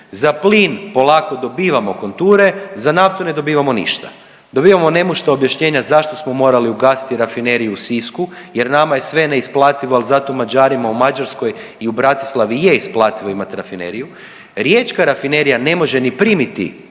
Za plin polako dobivamo konture, za naftu ne dobivamo ništa. dobivamo nemušta objašnjenja zašto smo morali ugasiti Rafineriju u Sisku jer nama je sve neisplativo, ali zato Mađarima u Mađarskoj i u Bratislavi je isplativo imat rafineriju. Riječka rafinerija ne može ni primiti